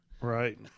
right